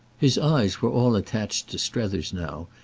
his eyes were all attached to strether's now,